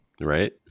Right